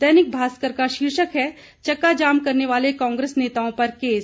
दैनिक भास्कर का शीर्षक है चक्का जाम करने वाले कांग्रेस नेताओं पर केस